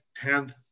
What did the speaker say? tenth